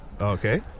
Okay